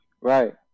Right